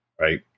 right